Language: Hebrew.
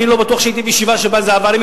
אני לא בטוח שהייתי בישיבה שבה זה עבר,